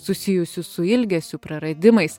susijusių su ilgesiu praradimais